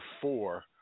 four